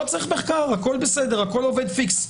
הכול עובד פיקס.